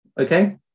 Okay